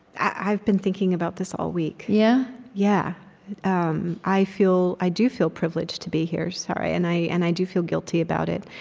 i've been thinking about this all week. yeah yeah um i feel i do feel privileged to be here, sorry. and i and i do feel guilty about it.